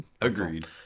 agreed